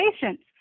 patients